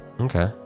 Okay